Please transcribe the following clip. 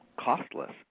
Costless